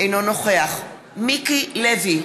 אינו נוכח מיקי לוי,